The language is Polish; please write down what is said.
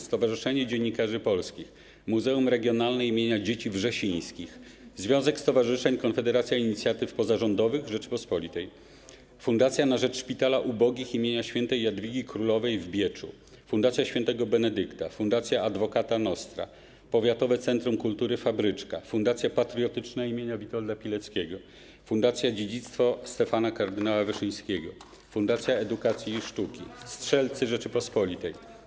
Stowarzyszenie Dziennikarzy Polskich, Muzeum Regionalne im. Dzieci Wrzesińskich, Związek Stowarzyszeń Konfederacja Inicjatyw Pozarządowych Rzeczypospolitej, Fundacja na Rzecz Szpitala Ubogich im. Świętej Jadwigi Królowej w Bieczu, Fundacja świętego Benedykta, Fundacja Advocata Nostra, Powiatowe Centrum Kultury Fabryczka, Fundacja Patriotyczna im. Witolda Pileckiego, Fundacja Dziedzictwo Stefana Kardynała Wyszyńskiego, Fundacja Edukacji i Sztuki, Strzelcy Rzeczypospolitej.